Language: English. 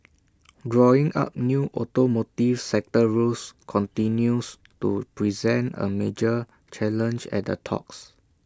drawing up new automotive sector rules continues to present A major challenge at the talks